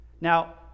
Now